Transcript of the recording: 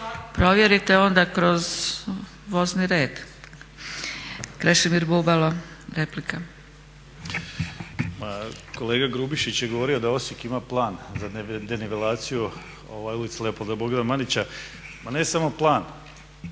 Provjerite onda kroz vozni red. Krešimir Bubalo, replika. **Bubalo, Krešimir (HDSSB)** Ma kolega Grubišić je govorio da Osijek ima plan za denivelaciju ulice Leopolda Mandića. Ma ne samo plan.